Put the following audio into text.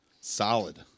Solid